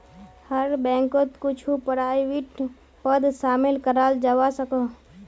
हर बैंकोत कुछु प्राइवेट पद शामिल कराल जवा सकोह